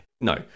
No